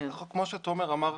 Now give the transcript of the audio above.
כמו שתומר אמר,